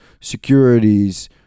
securities